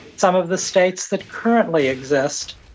some of the states that currently exist,